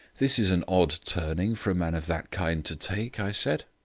this is an odd turning for a man of that kind to take, i said.